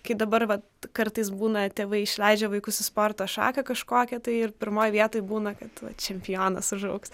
kai dabar vat kartais būna tėvai išleidžia vaikus į sporto šaką kažkokią tai ir pirmoje vietoj būna kad va čempionas užaugs